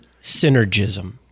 synergism